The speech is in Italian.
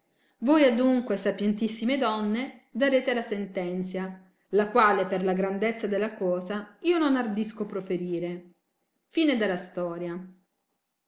voi adunque sapientissime donne darete la sentenzia la quale per la grandezza della cosa io non ardisco proferire